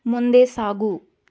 ಮುಂದೆ ಸಾಗು